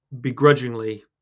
begrudgingly